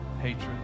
hatred